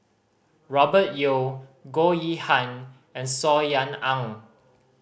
Robert Yeo Goh Yihan and Saw Ean Ang